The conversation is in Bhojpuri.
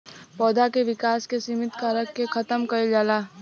पौधा के विकास के सिमित कारक के खतम कईल जाला